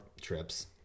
trips